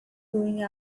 going